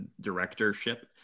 directorship